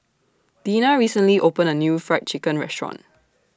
Deena recently opened A New Fried Chicken Restaurant